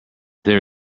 there